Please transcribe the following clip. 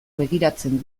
begiratzen